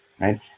right